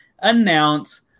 announce